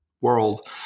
world